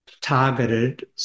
targeted